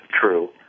true